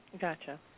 Gotcha